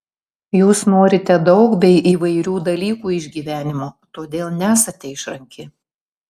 jūs norite daug bei įvairių dalykų iš gyvenimo todėl nesate išranki